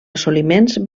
assoliments